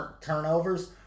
turnovers